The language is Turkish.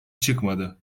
çıkmadı